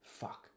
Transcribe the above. fuck